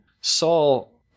saul